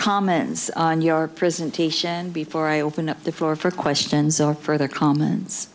comments on your presentation before i open up the floor for questions on further comments